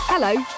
Hello